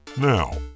Now